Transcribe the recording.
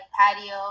patio